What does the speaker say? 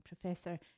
Professor